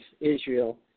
Israel